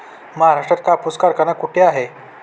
महाराष्ट्रात कापूस कारखाना कुठे आहे?